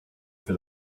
for